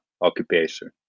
occupation